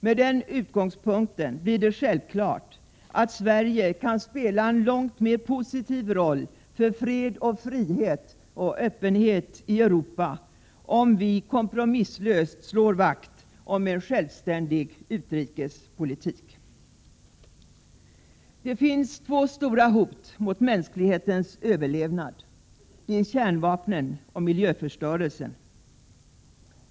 Med den utgångspunkten blir det självklart att Sverige kan spela en långt mer positiv roll för fred, frihet och öppenhet i Europa, om vi kompromisslöst slår vakt om en självständig utrikespolitik. Det finns två stora hot mot mänsklighetens överlevnad. Det är kärnvapnen och miljöförstörelsen.